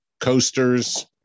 coasters